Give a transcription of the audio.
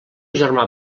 germà